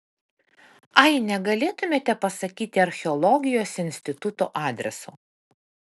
ai negalėtumėte pasakyti archeologijos instituto adreso